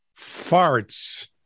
farts